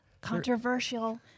Controversial